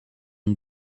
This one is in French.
une